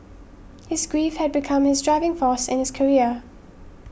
his grief had become his driving force in his career